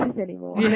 anymore